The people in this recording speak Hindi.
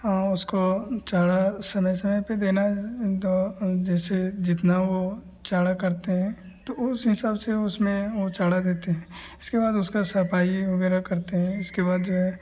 और उसको चारा समय समय पर देना तो जैसे जितने वह चारा करते हैं तो उस हिसाब से उसमें वह चारा देते हैं उसके बाद उसका सफाई वग़ैरह करते हैं उसके बाद जो है